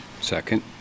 Second